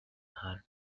her